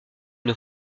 une